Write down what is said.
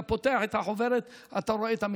אתה פותח את החוברת, אתה רואה את המציאות,